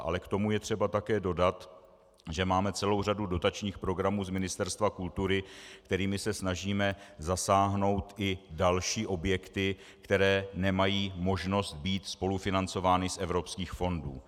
Ale k tomu je třeba také dodat, že máme celou řadu dotačních programů z Ministerstva kultury, kterými se snažíme zasáhnout i další objekty, které nemají možnost být spolufinancovány z evropských fondů.